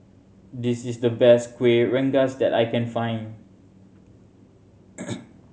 this is the best Kuih Rengas that I can find